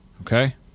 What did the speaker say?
Okay